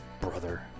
brother